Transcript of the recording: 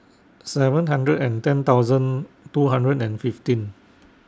seven hundred and ten thousand two hundred and fifteen